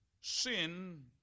Sin